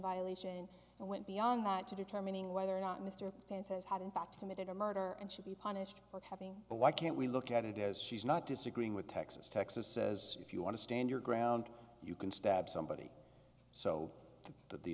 violation and went beyond that to determining whether or not mr sanchez had in fact committed a murder and should be punished for having a why can't we look at it as she's not disagreeing with texas texas says if you want to stand your ground you can stab somebody so th